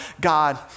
God